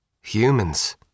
Humans